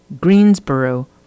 greensboro